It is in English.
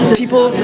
people